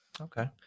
Okay